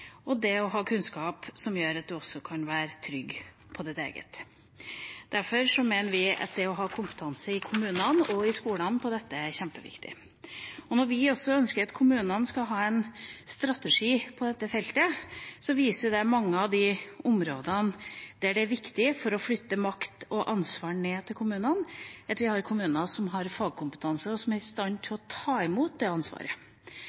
og ha kunnskap som gjør at du også kan være trygg på ditt eget. Derfor mener vi at det å ha kompetanse på dette i kommunene og i skolene er kjempeviktig. Når vi også ønsker at kommunene skal ha en strategi på dette feltet, viser det et eksempel på mange av de områdene der det er viktig – for å flytte makt og ansvar ned til kommunene – at vi har kommuner som har fagkompetanse, og som er i stand til å ta imot det ansvaret.